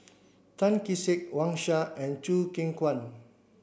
Tan Kee Sek Wang Sha and Choo Keng Kwang